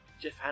Jeff